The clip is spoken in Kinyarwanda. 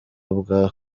bwa